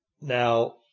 Now